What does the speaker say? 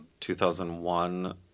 2001